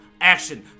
action